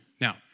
Now